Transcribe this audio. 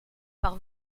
par